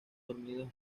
dormidos